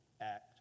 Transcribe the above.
act